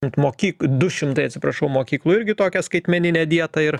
net mokyk du šimtai atsiprašau mokyklų irgi tokią skaitmeninę dietą ir